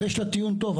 אבל יש לה טיעון טוב.